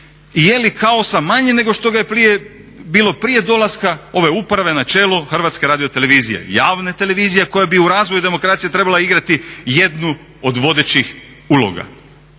I je li kaosa manje nego što ga je bilo prije dolaska ove uprave na čelo HRT-a, javne televizije koja bi u razvoju demokracije trebala igrati jednu od vodećih uloga?